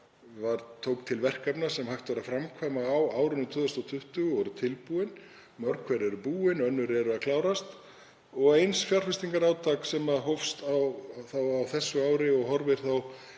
sem tók til verkefna sem hægt var að framkvæma á árinu 2020 og voru tilbúin, mörg hver eru búin og önnur eru að klárast, og fjárfestingarátak sem hófst á þessu ári og horfir þá